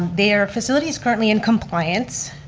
their facility's currently in compliance.